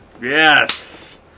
Yes